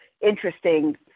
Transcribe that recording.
interesting